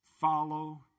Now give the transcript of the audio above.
follow